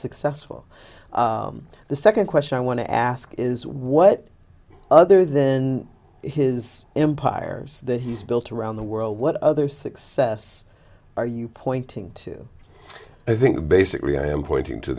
successful the second question i want to ask is what other than his empires that he's built around the world what other success are you pointing to i think basically i am pointing to